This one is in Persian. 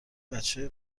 بچه